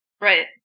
Right